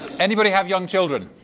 anybody have young children?